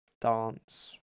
dance